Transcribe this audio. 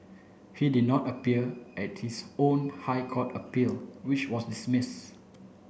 he did not appear at his own High Court appeal which was dismiss